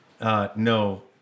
No